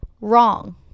wrong